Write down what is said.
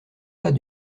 pas